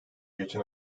geçen